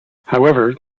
however